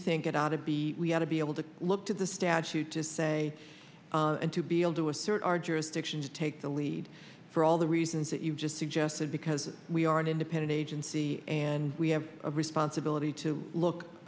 think it ought to be we ought to be able to look to the statute to say and to be able to assert our jurisdiction to take the lead for all the reasons that you've just suggested because we are an independent agency and we have a responsibility to look